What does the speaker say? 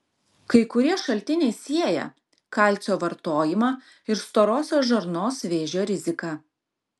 kai kurie šaltiniai sieja kalcio vartojimą ir storosios žarnos vėžio riziką